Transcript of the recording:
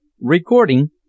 Recording